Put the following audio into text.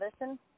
listen